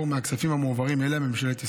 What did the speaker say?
מהכספים המועברים אליה מממשלת ישראל,